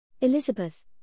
Elizabeth